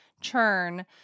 churn